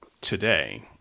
today